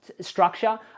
structure